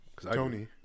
Tony